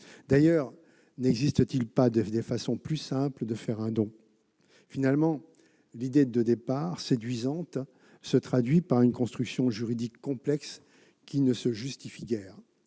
D'ailleurs, n'existe-t-il pas de façon plus simple de faire un don ? Finalement, l'idée de départ, séduisante, se traduit par une construction juridique complexe qui ne se justifie guère.